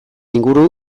inguru